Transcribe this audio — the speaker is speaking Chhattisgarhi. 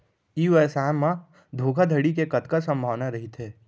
ई व्यवसाय म धोका धड़ी के कतका संभावना रहिथे?